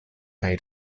kaj